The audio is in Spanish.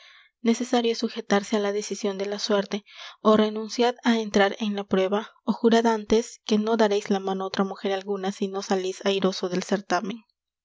necesario es sujetarse á la decision de la suerte o renunciad á entrar en la prueba ó jurad antes que no dareis la mano á otra mujer alguna si no salis airoso del certámen